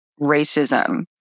racism